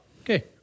Okay